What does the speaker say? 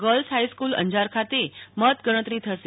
girls high school Anjar ખાતે મતગણતરી થશે